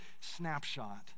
snapshot